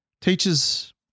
Teachers